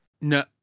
no